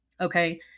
Okay